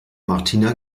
martina